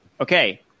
Okay